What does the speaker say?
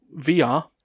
VR